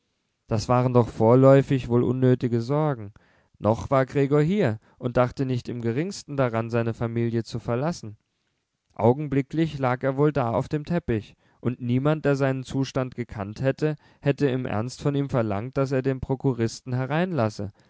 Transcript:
das waren doch vorläufig wohl unnötige sorgen noch war gregor hier und dachte nicht im geringsten daran seine familie zu verlassen augenblicklich lag er wohl da auf dem teppich und niemand der seinen zustand gekannt hätte hätte im ernst von ihm verlangt daß er den prokuristen hereinlasse